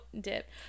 dip